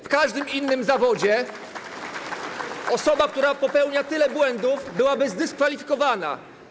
W każdym innym zawodzie osoba, która popełnia tyle błędów, byłaby zdyskwalifikowana.